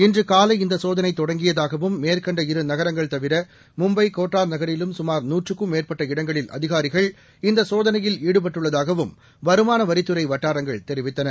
இன்று காலை இந்த சோதனை தொடங்கியதாகவும் மேற்கண்ட இரு நகரங்கள் தவிர மும்பை கோட்டா நகரிலும் சுமார் நூற்றுக்கும் மேற்பட்ட இடங்களில் அதிகாரிகள் இந்த சோதனையில் ஈடுபட்டுள்ளதாகவும் வருமான வரித்துறை வட்டாரங்கள் தெரிவித்தனர்